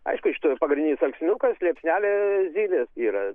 aišku iš tų pagrindinis alksniukas liepsnelė zylės yra